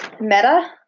meta